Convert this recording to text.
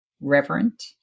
reverent